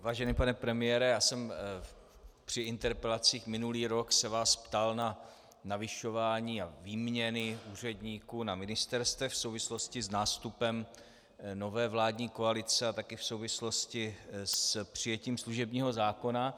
Vážený pane premiére, já jsem se vás při interpelacích minulý rok ptal na navyšování a výměny úředníků na ministerstvech v souvislosti s nástupem nové vládní koalice a také v souvislosti s přijetím služebního zákona.